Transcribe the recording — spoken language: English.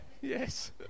yes